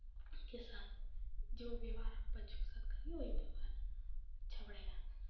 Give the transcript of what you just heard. के साथ जो व्यवहार आप बच्चों के साथ करेंगे वही व्यवहार अच्छा पड़ेगा